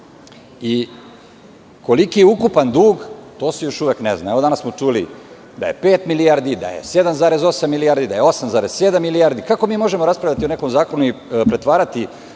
i koliki je ukupan dug to se još uvek ne zna. Danas smo čuli da je pet milijardi, da je 7,8 milijardi, da je 8,7 milijardi, kako mi možemo raspravljati o nekom zakonu i pretvarati